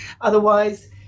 otherwise